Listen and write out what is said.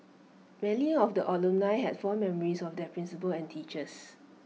many of the alumnae had fond memories of their principals and teachers